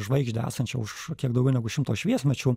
žvaigždę esančią už kiek daugiau negu šimto šviesmečių